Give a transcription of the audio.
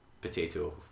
potato